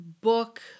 book